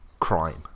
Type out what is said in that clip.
crime